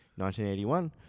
1981